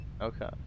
Okay